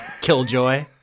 Killjoy